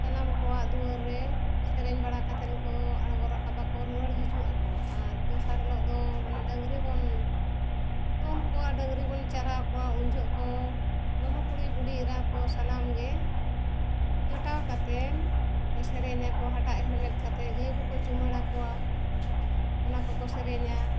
ᱥᱟᱱᱟᱢ ᱠᱚᱣᱟᱜ ᱫᱩᱣᱟᱹᱨ ᱨᱮ ᱥᱮᱨᱮᱧ ᱵᱟᱲᱟ ᱠᱟᱛᱮ ᱠᱚ ᱟᱬᱜᱳ ᱨᱟᱠᱟᱵ ᱟᱠᱚ ᱨᱩᱣᱟᱹᱲ ᱦᱤᱡᱩᱜ ᱟᱠᱚ ᱟᱨ ᱫᱚᱥᱟᱨ ᱦᱤᱞᱳᱜ ᱫᱚ ᱢᱟᱱᱮ ᱰᱟᱹᱝᱨᱤ ᱵᱚᱱ ᱛᱚᱞ ᱠᱚᱣᱟ ᱰᱟᱝᱨᱤ ᱵᱚᱱ ᱪᱟᱨᱦᱟᱣ ᱠᱚᱣᱟ ᱩᱱᱡᱚᱠᱷᱮᱡ ᱠᱚ ᱵᱟᱹᱦᱩ ᱠᱩᱲᱤ ᱵᱩᱰᱷᱤ ᱮᱨᱟ ᱠᱚ ᱥᱟᱱᱟᱢ ᱜᱮ ᱡᱚᱴᱟᱣ ᱠᱟᱛᱮᱱ ᱞᱮᱠᱚ ᱥᱮᱨᱮᱧᱟᱠᱚ ᱦᱟᱴᱟᱜ ᱦᱮᱨᱢᱮᱫ ᱠᱟᱛᱮᱜ ᱜᱟᱹᱭ ᱠᱚᱠᱚ ᱪᱩᱢᱟᱹᱲᱟ ᱠᱚᱣᱟ ᱚᱱᱟ ᱠᱚᱠᱚ ᱥᱮᱨᱮᱧᱟ